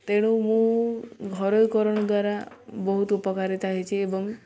ତେଣୁ ମୁଁ ଘରୋଇକରଣ ଦ୍ୱାରା ବହୁତ ଉପକାରିତା ହେଇଛି ଏବଂ